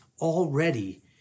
already